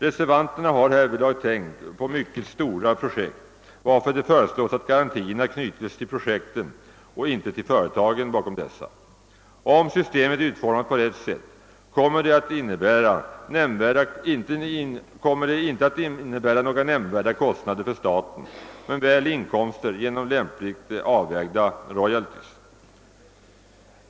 Reservanterna har därvidlag tänkt på mycket stora projekt, varför det föreslås att garantierna knytes till projekten, inte till företagen bakom dessa. Om systemet utformas på rätt sätt kommer det inte att innebära nämnvärda kostnader för staten men väl att medföra inkomster genom lämpligt avvägda royalties.